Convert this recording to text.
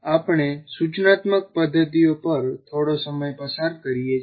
આપણે સૂચનાત્મક પદ્ધતિઓ પર થોડો સમય પસાર કરીએ છીએ